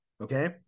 okay